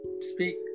speak